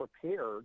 prepared